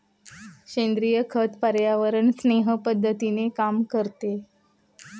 सेंद्रिय खत पर्यावरणस्नेही पद्धतीने काम करते